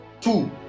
two